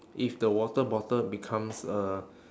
if the water bottle becomes uh